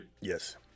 Yes